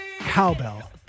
Cowbell